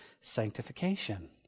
sanctification